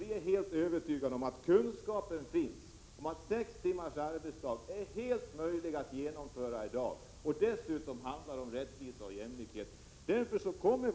Vi är övertygade om att det finns sådan kunskap att det är helt möjligt att i dag införa sex timmars arbetsdag. Dessutom är detta en fråga om rättvisa och jämlikhet.